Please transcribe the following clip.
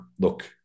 look